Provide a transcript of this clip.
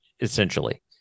Essentially